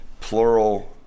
plural